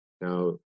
Now